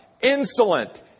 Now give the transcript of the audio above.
insolent